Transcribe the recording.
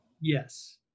Yes